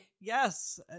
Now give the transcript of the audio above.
Yes